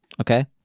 Okay